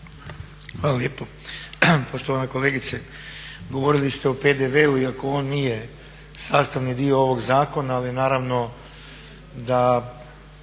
Hvala lijepo. Poštovana kolegice, govorili ste o PDV-u iako on nije sastavni dio ovog zakona ali naravno da